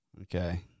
Okay